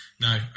No